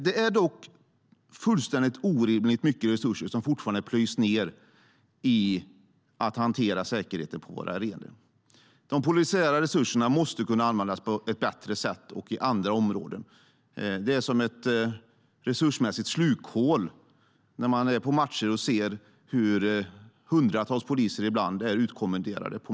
Det är dock fullständigt orimligt mycket resurser som fortfarande plöjs ned för att hantera säkerheten på våra arenor. De polisiära resurserna måste kunna användas på ett bättre sätt och på andra områden. Det är som ett resursmässigt slukhål när man är på matcher och ser hur hundratals poliser ibland är utkommenderade.